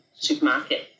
supermarket